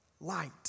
light